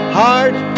heart